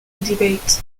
debate